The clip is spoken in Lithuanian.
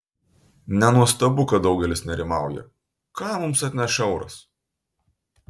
nenuostabu kad daugelis nerimauja ką mums atneš euras